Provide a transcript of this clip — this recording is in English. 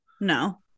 no